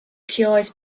cures